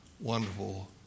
wonderful